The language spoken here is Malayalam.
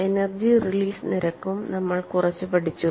എനർജി റിലീസ് നിരക്കും നമ്മൾ കുറച്ച് പഠിച്ചു